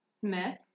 Smith